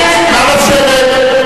נא לשבת.